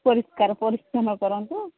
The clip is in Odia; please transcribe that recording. ପରିଷ୍କାର ପରିଚ୍ଛନ୍ନ କରନ୍ତୁ